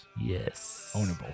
yes